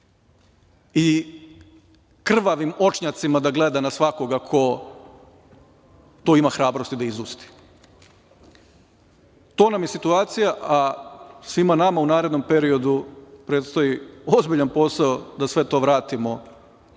i krvavim očnjacima da gleda na svakoga ko to ima hrabrosti da izusti.23/1 MO/LjL 13.45-13.50To nam je situacija, a svima nama u narednom periodu predstoji ozbiljan posao da sve to vratimo